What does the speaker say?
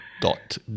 Dot